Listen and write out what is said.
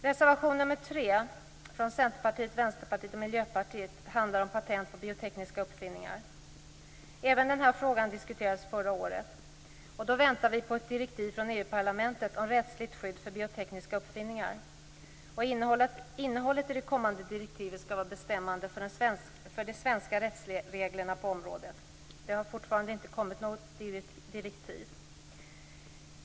Reservation nr 3 från Centerpartiet, Vänsterpartiet och Miljöpartiet handlar om patent på biotekniska uppfinningar. Även denna fråga diskuterades förra året. Då väntade vi på ett direktiv från EU parlamentet om rättsligt skydd för biotekniska uppfinningar. Innehållet i det kommande direktivet skall vara bestämmande för de svenska rättsreglerna på området. Det har fortfarande inte kommit något direktiv.